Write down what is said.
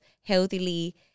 healthily